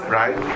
right